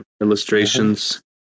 illustrations